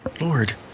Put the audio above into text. Lord